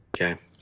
Okay